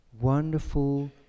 wonderful